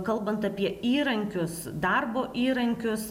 kalbant apie įrankius darbo įrankius